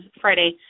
Friday